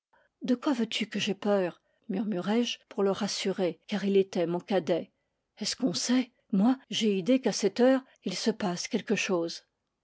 de quoi veux-tu que j'aie peur murmurai-je pour le rassurer car il était mon cadet est-ce qu'on sait moi j'ai idée qu'à cette heure il se passe quelque chose